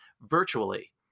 virtually